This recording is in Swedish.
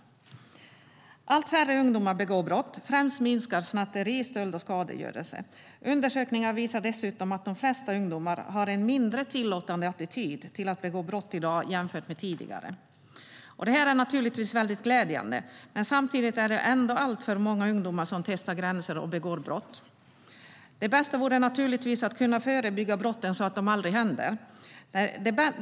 Allt färre ungdomar begår brott. Främst minskar snatteri, stöld och skadegörelse. Undersökningar visar dessutom att de flesta ungdomar har en mindre tillåtande attityd till att begå brott i dag jämfört med tidigare. Det är väldigt glädjande, men samtidigt är det ändå alltför många ungdomar som testar gränser och begår brott. Det bästa vore naturligtvis att kunna förebygga brotten så att de aldrig händer.